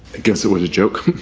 it gives it was a joke